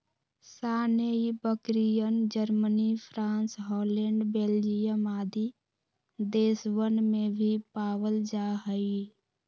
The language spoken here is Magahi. सानेंइ बकरियन, जर्मनी, फ्राँस, हॉलैंड, बेल्जियम आदि देशवन में भी पावल जाहई